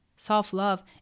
Self-love